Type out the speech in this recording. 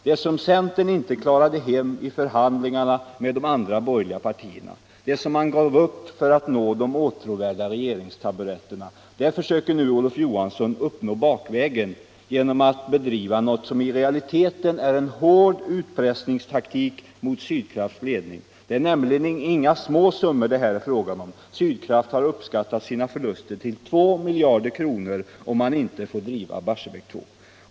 Det som centern inte klarade hem i förhandlingarna med de andra borgerliga partierna, det som man gav upp för att nå de åtråvärda regeringstaburetterna, försöker Olof Johansson alltså nu uppnå bakvägen genom att bedriva något som i realiteten är en hård utpressningstaktik mot Sydkrafts ledning. Det är nämligen inga småsummor det här är fråga om. Sydkraft har uppskattat sina förluster till 2 miljarder kronor om man inte får driva Barsebäck 2.